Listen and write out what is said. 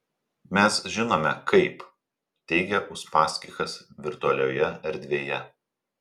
mes žinome kaip teigia uspaskichas virtualioje erdvėje